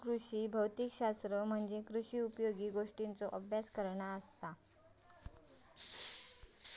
कृषी भौतिक शास्त्र म्हणजे कृषी उपयोगी गोष्टींचों अभ्यास